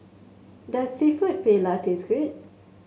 does seafood Paella taste good